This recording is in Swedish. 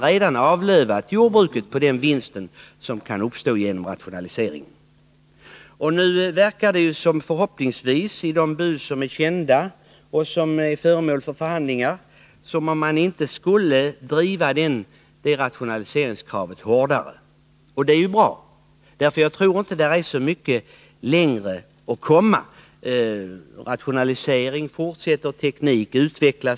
Jordbruket har således avlövats på den vinst som kan uppstå genom rationalisering. Nu verkar det — förhoppningsvis är det också så — enligt de bud som är kända och som är föremål för förhandlingar som om man inte skulle driva rationaliseringskravet hårdare. Det är ju bra, för jag tror inte att man kan komma så mycket längre i det avseendet. Rationaliseringen fortsätter och tekniken utvecklas.